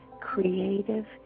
creative